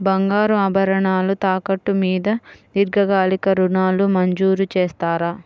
బంగారు ఆభరణాలు తాకట్టు మీద దీర్ఘకాలిక ఋణాలు మంజూరు చేస్తారా?